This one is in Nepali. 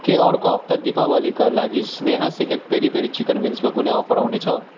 के अर्को हप्ता दीपावालीका लागि Sneha select peri peri chicken विङ्समा कुनै अफर आउनेछ